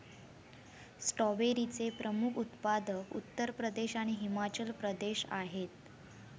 स्ट्रॉबेरीचे प्रमुख उत्पादक उत्तर प्रदेश आणि हिमाचल प्रदेश हत